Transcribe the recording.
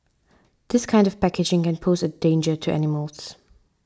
this kind of packaging can pose a danger to animals